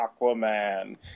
Aquaman